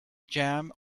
jam